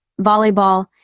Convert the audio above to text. volleyball